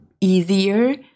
easier